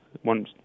one